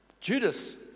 Judas